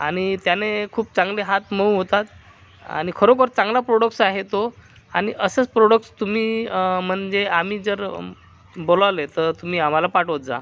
आणि त्याने खूप चांगले हात मऊ होतात आणि खरोखर चांगलं प्रोडक्टस आहे तो आणि असंच प्रोडक्टस तुम्ही म्हणजे आम्ही जर बोलावले तर तुम्ही आम्हाला पाठवत जा